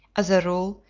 as a rule,